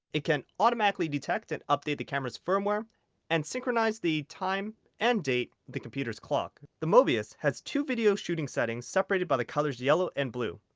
it can automatically detect it update the camera's firmware and synchronize the time and date with the computer's clock. the mobius has two video shooting setting separated by the colors yellow and blue.